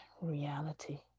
reality